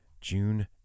June